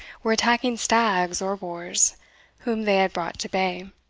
were attacking stags or boars whom they had brought to bay.